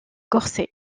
corser